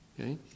Okay